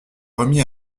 remit